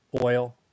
Oil